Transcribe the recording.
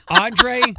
Andre